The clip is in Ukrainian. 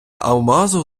алмазу